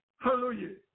hallelujah